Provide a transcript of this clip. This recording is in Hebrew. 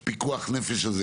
שהיא פיקוח נפש.